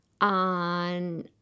on